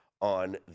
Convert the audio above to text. on